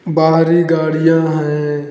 बाहरी गाड़ियां है